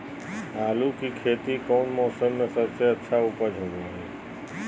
आलू की खेती कौन मौसम में सबसे अच्छा उपज होबो हय?